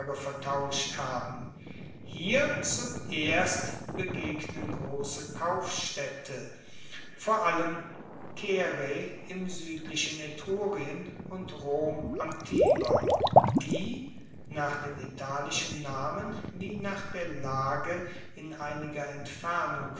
vertauscht haben hier zuerst begegnen grosse kaufstaedte vor allem caere im suedlichen etrurien und rom am tiber die nach den italischen namen wie nach der lage in einiger entfernung